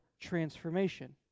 transformation